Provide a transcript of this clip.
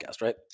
right